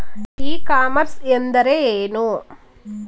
E commerce ಎಂದರೆ ಏನು?